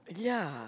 ya